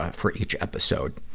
for each episode.